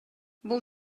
бул